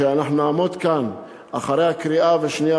שאנחנו נעמוד כאן אחרי הקריאה השנייה